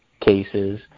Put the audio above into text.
cases